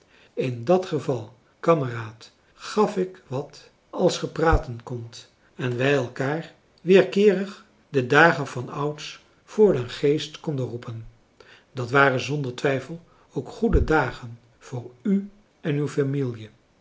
in dat geval kameraad gaf ik wat als ge praten kondt en wij elkaar weerkeerig de dagen van ouds voor den geest konden roepen dat waren zonder twijfel ook goede dagen voor u en uw famielje